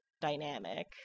dynamic